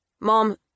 Mom